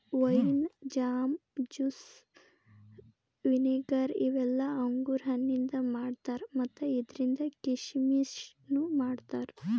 wine, jam, juice, vinegar ಇವೆಲ್ಲ ಅಂಗುರ್ ಹಣ್ಣಿಂದ್ ಮಾಡ್ತಾರಾ ಮತ್ತ್ ಇದ್ರಿಂದ್ ಕೀಶಮಿಶನು ಮಾಡ್ತಾರಾ